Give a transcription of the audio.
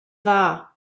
dda